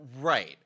Right